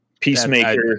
Peacemaker